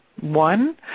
One